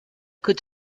could